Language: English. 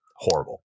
Horrible